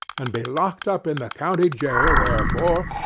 and be locked up in the county jail therefor,